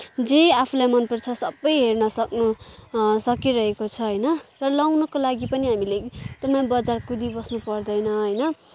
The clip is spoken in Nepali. जे आफूलाई मनपर्छ सबै हेर्नसक्नु सकिरहेको छ होइन र लगाउनको लागि पनि हामीले एकदमै बजार कुदिबस्नु पर्दैन होइन